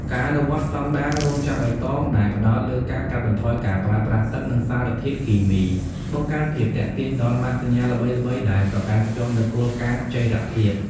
ការអនុវត្តស្ដង់ដារ "រោងចក្របៃតង" ដែលផ្ដោតលើការកាត់បន្ថយការប្រើប្រាស់ទឹក និងសារធាតុគីមី បង្កើនភាពទាក់ទាញដល់ម៉ាកសញ្ញាល្បីៗដែលប្រកាន់ខ្ជាប់នូវគោលការណ៍ចីរភាព។